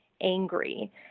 angry